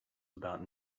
about